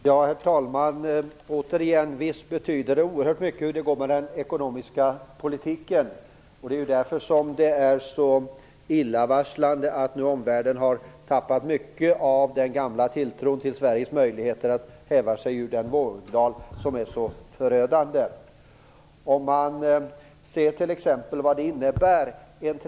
Herr talman! Återigen: Visst betyder det oerhört mycket hur det går med den ekonomiska politiken. Det är ju därför som det är så illavarslande att omvärlden nu har tappat mycket av den gamla tilltron till Sveriges möjligheter att häva sig ur den molndal som är så förödande.